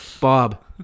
Bob